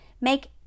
Make